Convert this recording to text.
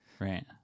Right